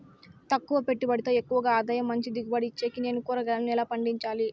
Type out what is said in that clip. తక్కువ పెట్టుబడితో ఎక్కువగా ఆదాయం మంచి దిగుబడి ఇచ్చేకి నేను కూరగాయలను ఎలా పండించాలి?